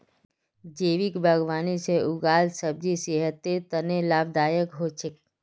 जैविक बागवानी से उगाल सब्जी सेहतेर तने लाभदायक हो छेक